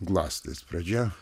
glastės pradžia